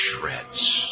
shreds